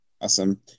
Awesome